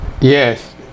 Yes